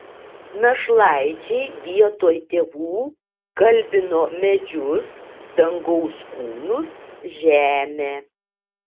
našlaičiai vietoj tėvų kalbino medžius dangaus kūnus žemę